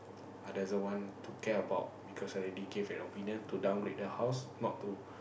i doesn't want to care about because I already gave an opinion to downgrade the house not to